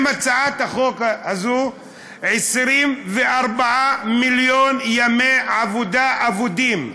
עם הצעת החוק הזו, 24 מיליון ימי עבודה אבודים,